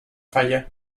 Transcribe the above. falla